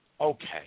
okay